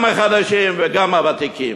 גם החדשים וגם הוותיקים.